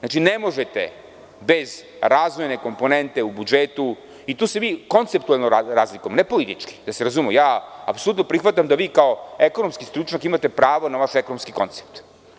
Ne možete bez razvojne komponente u budžetu, i tu se konceptualno razlikujemo, ne politički, da se razumemo, apsolutno prihvatam da vi kao ekonomski stručnjak imate pravo na vaš ekonomski koncept.